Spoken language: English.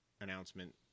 announcement